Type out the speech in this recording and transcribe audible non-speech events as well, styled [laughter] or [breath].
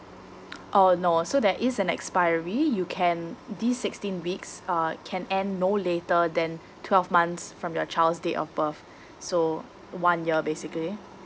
oh no so there is an expiry you can this sixteen weeks uh can end no later than twelve months from your child's date of birth [breath] so one year basically